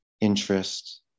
interest